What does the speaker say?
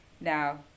Now